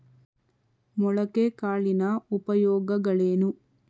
ಮೊಳಕೆ ಕಾಳಿನ ಉಪಯೋಗಗಳೇನು?